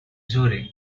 zurich